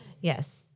yes